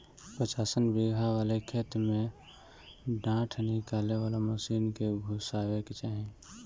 पचासन बिगहा वाले खेत में डाँठ निकाले वाला मशीन के घुसावे के चाही